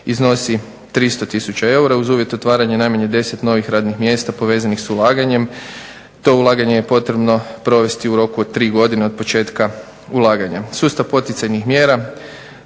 iznosi 300 tisuća eura uz uvjet otvaranja najmanje 10 novih radnih mjesta povezanih s ulaganjem. To ulaganje je potrebno provesti u roku od tri godine od početka ulaganja.